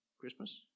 Christmas